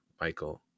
Michael